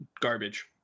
garbage